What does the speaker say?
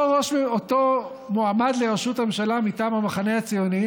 אותו מועמד לראשות הממשלה מטעם המחנה הציוני,